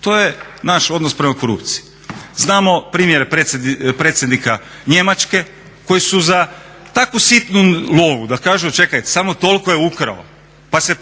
To je naš odnos prema korupciji. Znamo primjer predsjednika Njemačke koji su za takvu sitnu lovu da kažu čekaj, samo toliko je ukrao, pa se